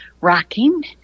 rocking